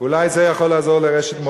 אולי זה יכול לעזור לרשת "מורשת".